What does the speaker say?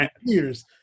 years